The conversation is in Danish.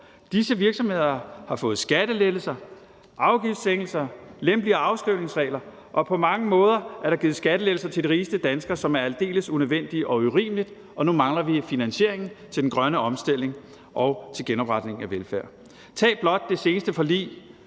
Disse virksomheder har fået skattelettelser, afgiftssænkelser, lempeligere afskrivningsregler, og på mange måder er der givet skattelettelser til de rigeste danskere, hvilket er aldeles unødvendigt og urimeligt, og nu mangler vi finansieringen til den grønne omstilling og til genopretning af velfærd. Tag blot det seneste forlig